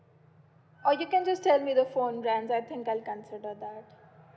or you can just tell me the phone brands I think I can consider that